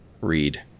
read